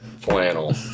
flannel